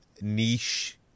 niche